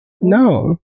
No